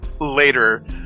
later